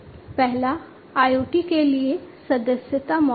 पहला IoT के लिए सदस्यता मॉडल है